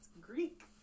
Greek